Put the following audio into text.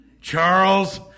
Charles